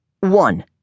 One